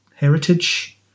heritage